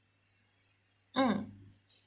mm